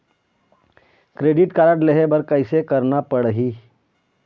Credit card लेहे बर कैसे करना पड़ही?